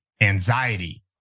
anxiety